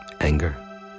anger